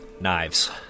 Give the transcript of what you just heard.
knives